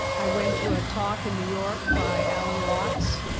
i went to a talk in new york by alan watts.